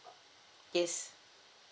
yes